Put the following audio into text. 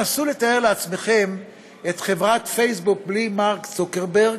נסו לתאר לעצמכם את חברת פייסבוק בלי מרק צוקרברג,